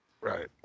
Right